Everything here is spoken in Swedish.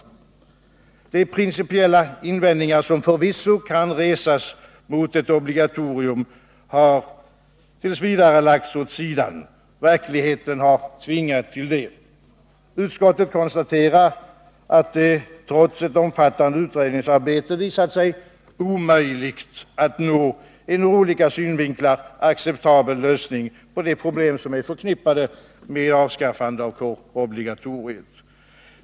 De principiella invändningar som förvisso kan resas mot ett obligatorium har tills vidare lagts åt sidan. Verkligheten har tvingat till detta. Utskottet konstaterar att det trots ett omfattande utredningsarbete visat sig omöjligt att nå en ur olika synvinklar acceptabel lösning av de problem som är förknippade med ett avskaffande av kårobligatoriet.